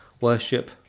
worship